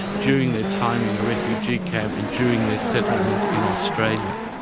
during their time in a refugee camp and during their settlement in australia.